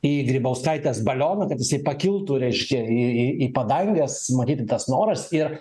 į grybauskaitės balioną kad jis pakiltų reiškia į į padanges matyt ir tas noras ir